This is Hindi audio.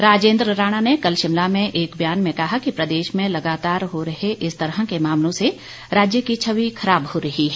राजेन्द्र राणा ने कल शिमला में एक बयान में कहा कि प्रदेश में लगातार हो रहे इस तरह के मामलों से राज्य की छवि खराब हो रही है